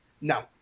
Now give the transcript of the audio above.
no